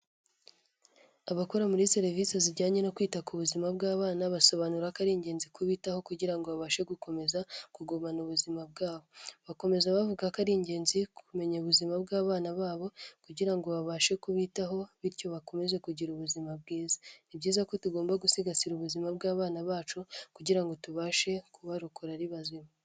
Abakora muri serivisi zijyanye no kwita ku buzima bw'abana basobanura ko ari ingenzi kubitaho kugira ngo babashe gukomeza kugumana ubuzima bwabo. Bakomeza bavuga ko ari ingenzi kumenya ubuzima bw'abana babo kugira ngo babashe kubitaho bityo bakomeze kugira ubuzima bwiza. ni byiza ko tugomba gusigasira ubuzima bw'abana bacu kugira ngo tubashe kubarokora ari bazima.